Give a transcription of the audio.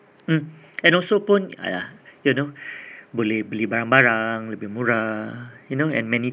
mm and also pun !aiya! you know boleh beli barang-barang lebih murah you know and many